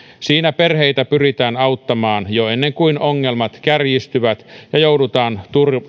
siinä perheitä pyritään auttamaan jo ennen kuin ongelmat kärjistyvät ja joudutaan